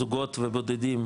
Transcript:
זוגות ובודדים,